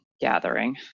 gathering